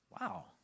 wow